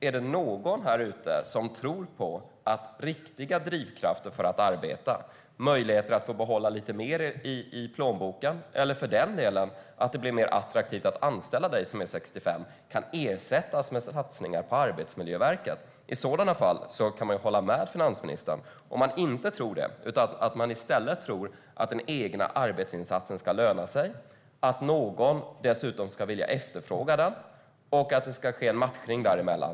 Är det någon här ute som tror på att riktiga drivkrafter för att arbeta - möjligheter att få behålla lite mer i plånboken eller för den delen att det blir mer attraktivt att anställa den som är 65 - kan ersättas med satsningar på Arbetsmiljöverket? I sådana fall kan man hålla med finansministern. Om man inte tror det kan man i stället tro att den egna arbetsinsatsen ska löna sig, att någon dessutom ska vilja efterfråga den och att det ska ske en matchning däremellan.